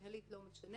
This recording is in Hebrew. מינהלית לא משנה